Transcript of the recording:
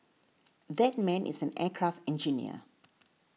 that man is an aircraft engineer